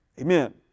Amen